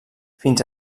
fins